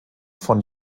von